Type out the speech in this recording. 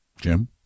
Jim